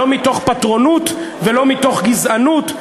לא מתוך פטרונות ולא מתוך גזענות,